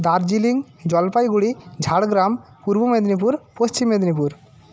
Darjeeling Jalpaiguri Jhargram Purba Medinipur Paschim Medinipur